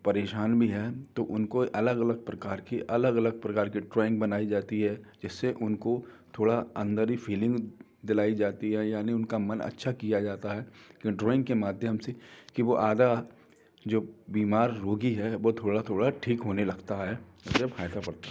और परेशान भी है तो उनको अलग अलग प्रकार की अलग अलग प्रकार की ड्रॉइंग बनाई जाती है जिससे उनको थोड़ा अंदर ही फिलिंग दिलाई जाती है यानि उनका मन अच्छा किया जाता है ड्रॉइंग के माध्यम से कि वो अगर जो बीमार रोगी है वो थोड़ा थोड़ा ठीक होने लगता है